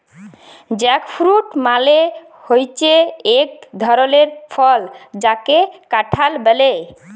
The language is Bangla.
জ্যাকফ্রুট মালে হচ্যে এক ধরলের ফল যাকে কাঁঠাল ব্যলে